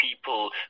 people